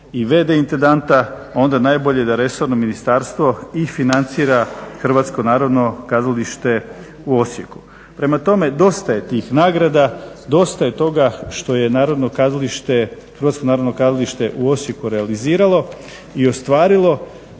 Hrvatsko narodno kazalište u Osijeku.